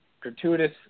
gratuitous